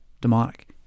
demonic